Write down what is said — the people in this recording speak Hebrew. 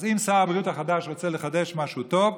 אז אם שר הבריאות החדש רוצה לחדש משהו טוב,